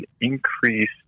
increase